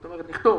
זאת אומרת נכתוב